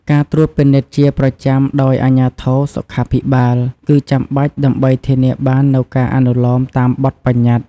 ការត្រួតពិនិត្យជាប្រចាំដោយអាជ្ញាធរសុខាភិបាលគឺចាំបាច់ដើម្បីធានាបាននូវការអនុលោមតាមបទប្បញ្ញត្តិ។